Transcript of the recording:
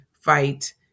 fight